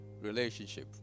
relationship